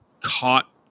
caught